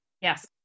Yes